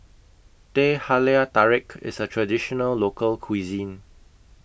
Teh Halia Tarik IS A Traditional Local Cuisine